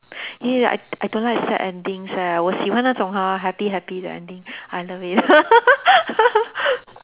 !ee! I I don't like sad endings leh 我喜欢那种 hor happy happy the ending I love it